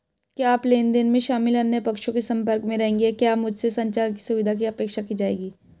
क्या आप लेन देन में शामिल अन्य पक्षों के संपर्क में रहेंगे या क्या मुझसे संचार की सुविधा की अपेक्षा की जाएगी?